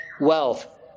wealth